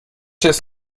jest